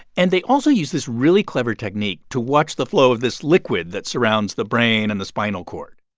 and they also used this really clever technique to watch the flow of this liquid that surrounds the brain and the spinal cord,